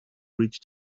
reach